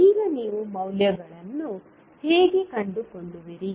ಈಗ ನೀವು ಮೌಲ್ಯಗಳನ್ನು ಹೇಗೆ ಕಂಡುಕೊಳ್ಳುವಿರಿ